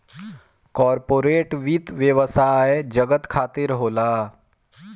corporate वित्त व्यवसाय जगत खातिर होला